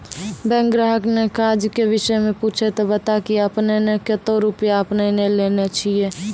Bank ग्राहक ने काज के विषय मे पुछे ते बता की आपने ने कतो रुपिया आपने ने लेने छिए?